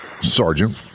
sergeant